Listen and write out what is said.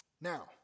now